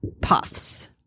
puffs